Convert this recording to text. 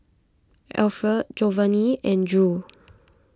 Alferd Jovany and Drew